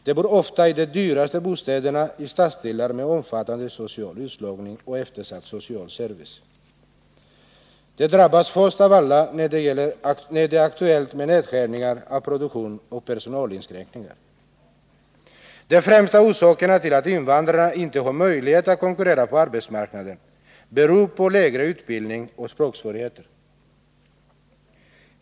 De bor ofta i de dyraste bostäderna i stadsdelar med omfattande social utslagning och eftersatt social service. De drabbas först av alla, när det är aktuellt med nedskärningar av produktion och personalinskränkningar. De främsta orsakerna till att invandrarna inte har möjlighet att konkurrera på arbetsmarknaden är lägre utbildning och språksvårigheter.